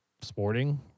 sporting